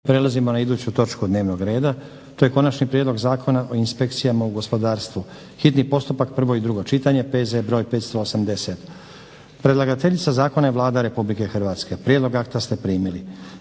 Prelazimo na iduću točku dnevnog reda, to je: 23. Konačni prijedlog Zakona o inspekcijama u gospodarstvu, hitni postupak, prvo i drugo čitanje, P.Z. br. 580 Predlagateljica zakona je Vlada RH. Prijedlog akta ste primili.